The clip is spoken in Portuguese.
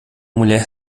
mulher